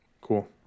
cool